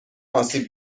آسیب